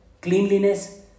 cleanliness